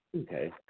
Okay